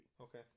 Okay